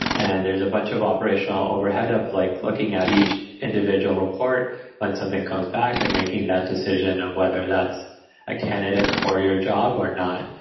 and there's a bunch of operational overhead of like looking at each individual report when something comes back and making that decision of whether that's a candidate for your job or not.